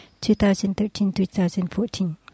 2013-2014